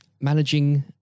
managing